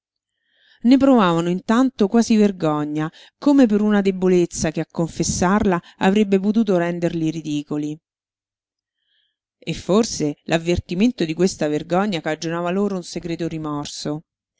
ne provavano intanto quasi vergogna come per una debolezza che a confessarla avrebbe potuto renderli ridicoli e forse l'avvertimento di questa vergogna cagionava loro un segreto rimorso